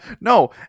no